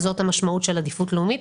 זאת המשמעות של עדיפות לאומית.